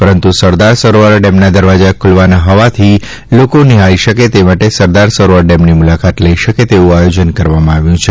પરંતુ સરદાર સરોવર ડેમના દરવાજા ખુલવાના હોવાથી લોકો નિહાળી શકે તે માટે સરદાર સરોવર ડેમની મુલાકાત લઈ શકે તેવું આયોજન કરવામાં આવ્યું છે